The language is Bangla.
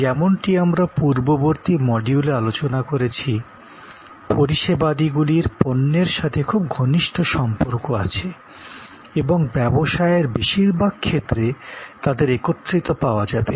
যেমনটি আমরা পূর্ববর্তী মডিউলে আলোচনা করেছি পরিষেবাদগুলির পণ্যর সাথে খুব ঘনিষ্ঠ সম্পর্ক আছে এবং ব্যবসায়ের বেশিরভাগ ক্ষেত্রে তাদের একত্রিত পাওয়া যাবে